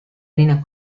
linea